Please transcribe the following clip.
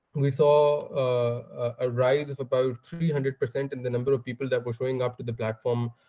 we saw a rise of about three hundred percent in the number of people that were showing up to the platform.